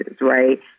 right